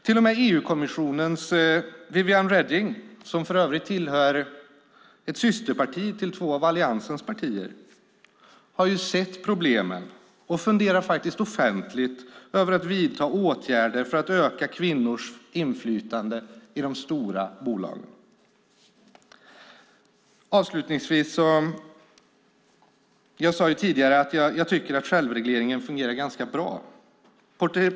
Till och med EU-kommissionens Viviane Reding, som för övrigt tillhör ett systerparti till två av Alliansens partier, har ju sett problemen och funderar offentligt över att vidta åtgärder för att öka kvinnors inflytande i de stora bolagen. Jag sade tidigare att jag tycker att självregleringen fungerar ganska bra.